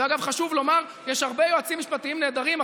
ואגב, חשוב לומר: יש הרבה יועצים משפטיים נהדרים.